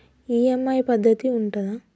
EMI పద్ధతి ఉంటదా?